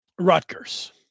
Rutgers